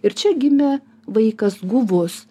ir čia gimė vaikas guvus